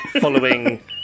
Following